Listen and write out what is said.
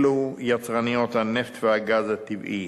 אלו יצרניות הנפט והגז הטבעי.